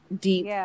deep